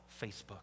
Facebook